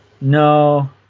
No